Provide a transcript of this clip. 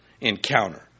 encounter